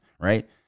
right